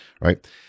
right